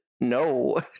no